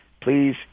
Please